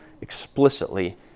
explicitly